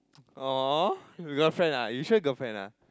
!aww! you girlfriend ah you sure girlfriend ah